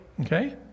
okay